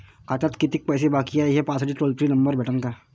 खात्यात कितीकं पैसे बाकी हाय, हे पाहासाठी टोल फ्री नंबर भेटन का?